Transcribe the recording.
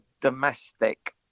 domestic